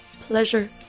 pleasure